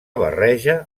barreja